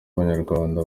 abanyarwanda